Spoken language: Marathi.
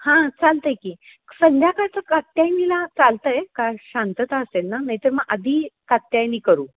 हां चालतं आहे की संध्याकाळचं कात्यायनीला चालतं आहे का शांतता असेल ना नाहीतर मग आधी कात्यायनी करू